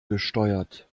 gesteuert